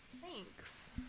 Thanks